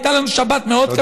הייתה לנו שבת מאוד קשה.